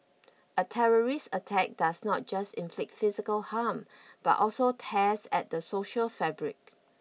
a terrorist attack does not just inflict physical harm but also tears at the social fabric